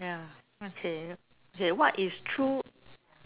ya okay okay what is true